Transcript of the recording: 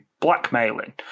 blackmailing